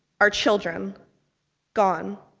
our children gone.